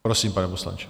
Prosím, pane poslanče.